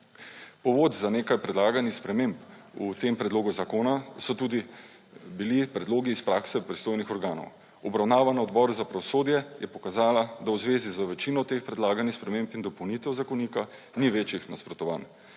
Povod za nekaj predlaganih sprememb v tem predlogu zakona so bili predlogi iz prakse pristojnih organov. Obravnava na Odboru za pravosodje je pokazala, da v zvezi z večino predlaganih sprememb in dopolnitev zakonika ni večjih nasprotovanj.